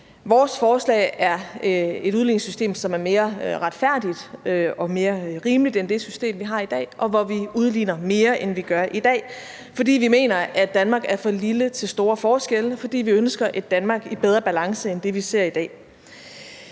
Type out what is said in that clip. Vores forslag er et udligningssystem, som er mere retfærdigt og mere rimeligt end det system, vi har i dag, og hvor vi udligner mere, end vi gør i dag, fordi vi mener, at Danmark er for lille til store forskelle, og fordi vi ønsker et Danmark i bedre balance end det, vi ser i dag.